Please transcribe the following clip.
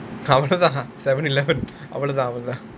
அவ்ளோதான்:avlothaan seven eleven அவ்ளோதான்:avlothaan